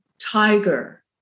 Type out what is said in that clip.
tiger